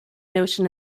notion